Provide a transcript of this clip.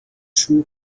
true